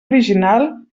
original